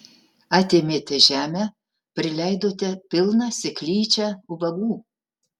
atėmėte žemę prileidote pilną seklyčią ubagų